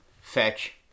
fetch